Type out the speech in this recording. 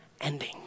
ending